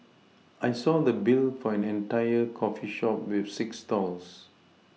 I saw the Bill for an entire coffee shop with six stalls